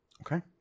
Okay